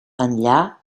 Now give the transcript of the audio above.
enllà